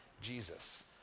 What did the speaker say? Jesus